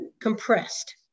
compressed